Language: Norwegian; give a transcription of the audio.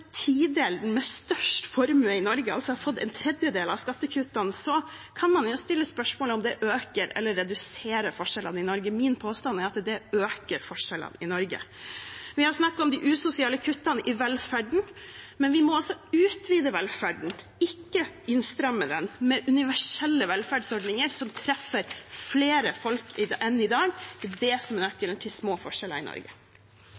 tidelen med størst formue i Norge har fått en tredjedel av skattekuttene, kan man jo stille spørsmålet om det øker eller reduserer forskjellene i Norge. Min påstand er at det øker forskjellene i Norge. Vi har snakket om de usosiale kuttene i velferden, men vi må utvide velferden med universelle velferdsordninger som treffer flere mennesker enn i dag, ikke stramme den inn. Det er det som er nøkkelen til små forskjeller i Norge.